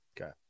Okay